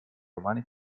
romani